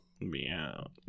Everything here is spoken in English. Meow